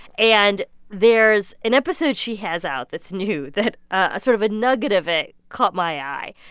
and there's an episode she has out that's new that ah sort of a nugget of it caught my eye.